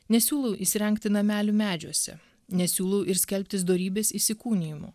nesiūlau įsirengti namelių medžiuose nesiūlau ir skelbtis dorybės įsikūnijimu